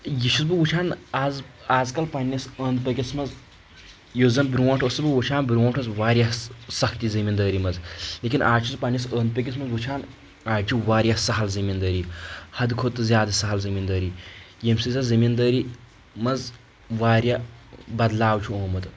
یہِ چھُس بہٕ وٕچھان آز آز کل پننس أنٛدۍ پٔکِس منٛز یُس زن برٛونٛٹھ اوسُس بہٕ وٕچھان برٛونٛٹھ اوس واریاہ سختی زٔمیٖندٲری منٛز لیکن آز چھُس پننس أنٛدۍ پٔکِس منٛز وٕچھان آز چھُ واریاہ سہل زٔمیٖندٲری حدٕ کھۄتہٕ زیادٕ سہل زٔمیٖندٲری ییٚمہِ سۭتۍ زن زٔمیٖندٲری منٛز واریاہ بدلاو چھُ آمُت